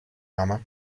ama